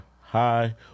Hi